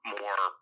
more